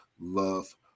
love